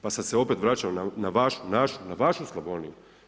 Pa sad se opet vraćam na vašu, našu, na vašu Slavoniju.